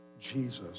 Jesus